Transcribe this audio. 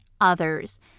others